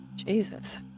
Jesus